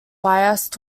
biased